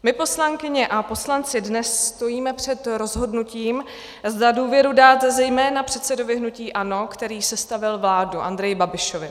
My, poslankyně a poslanci, dnes stojíme před rozhodnutím, zda důvěru dát zejména předsedovi hnutí ANO, který sestavil vládu, Andreji Babišovi.